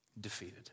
defeated